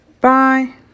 Bye